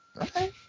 Okay